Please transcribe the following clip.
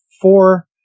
four